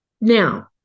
Now